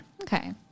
Okay